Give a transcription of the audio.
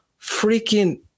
freaking